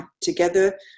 together